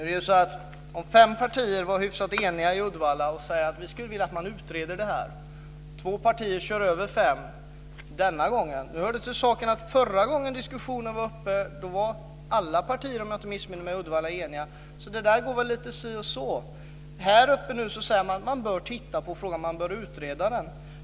Fru talman! Tänk om fem partier var hyfsat eniga i Uddevalla och säger: Vi skulle vilja att man utreder detta - två partier kör över fem denna gång. Men nu hör det till saken att förra gången detta var uppe till diskussion var, om jag inte missminner mig, alla partier i Uddevalla eniga, så det där går väl lite si och så. Här uppe sägs det nu att man bör titta på frågan och utreda den.